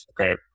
okay